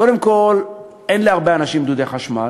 קודם כול, אין להרבה אנשים דודי חשמל.